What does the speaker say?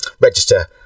register